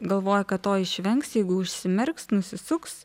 galvoja kad to išvengs jeigu užsimerks nusisuks